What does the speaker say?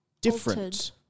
different